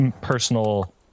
personal